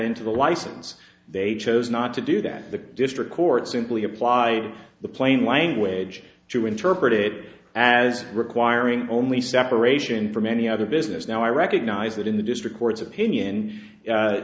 into the license they chose not to do that the district court simply apply the plain language to interpret it as requiring only separation from any other business now i recognize that in the district court's opinion